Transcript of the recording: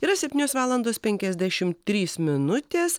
yra septynios valandos penkiasdešimt trys minutės